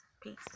Peace